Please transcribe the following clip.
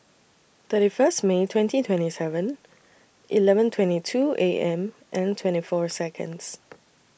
thirty First May twenty twenty Seven Eleven twenty two A M and twenty four Seconds